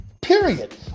Period